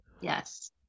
Yes